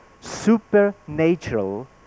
supernatural